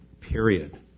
Period